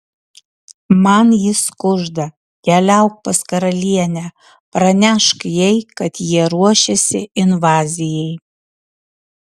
man jis kužda keliauk pas karalienę pranešk jai kad jie ruošiasi invazijai